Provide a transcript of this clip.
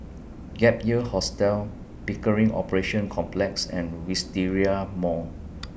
Gap Year Hostel Pickering Operations Complex and Wisteria Mall